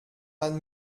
man